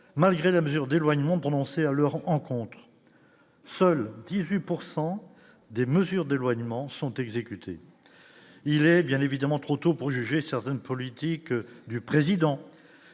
malgré la mesure d'éloignement prononcées à l'heure, on en compte, seuls 18 pourcent des mesures d'éloignement sont exécutés, il est bien évidemment trop tôt pour juger certaines politiques du président,